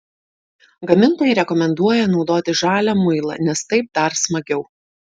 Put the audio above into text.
gamintojai rekomenduoja naudoti žalią muilą nes taip dar smagiau